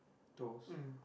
toes